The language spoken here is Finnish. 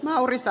naurista